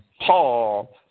Paul